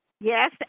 Yes